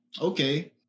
Okay